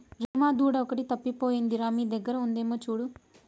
రీమా దూడ ఒకటి తప్పిపోయింది రా మీ దగ్గర ఉందేమో చూడు